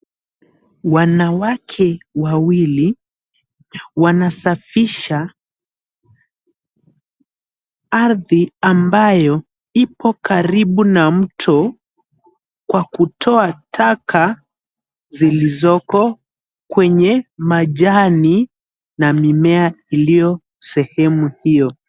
Wanawake wawili wanasafisha ardhi ambayo ipo karibu na mto kwa kutoa taka zilizoko kwenye majani na mimea iliyo sehemu hio.